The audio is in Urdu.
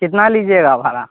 کتنا لیجیے گا بھاڑا